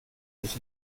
des